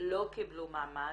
לא קיבלו מעמד,